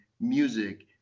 music